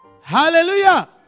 Hallelujah